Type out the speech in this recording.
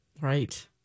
Right